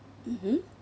mmhmm